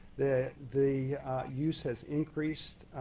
the the use has increased